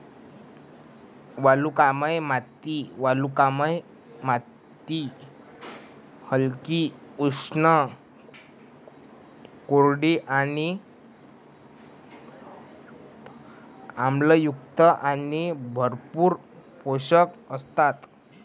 वालुकामय माती वालुकामय माती हलकी, उष्ण, कोरडी आणि आम्लयुक्त आणि भरपूर पोषक असतात